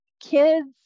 kids